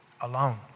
alone